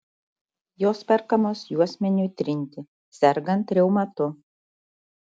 jos perkamos juosmeniui trinti sergant reumatu